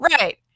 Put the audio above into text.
right